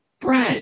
bread